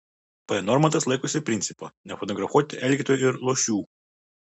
p normantas laikosi principo nefotografuoti elgetų ir luošių